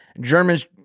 germans